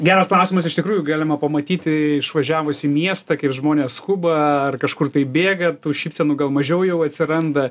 geras klausimas iš tikrųjų galima pamatyti išvažiavus į miestą kaip žmonės skuba ar kažkur tai bėga tų šypsenų gal mažiau jau atsiranda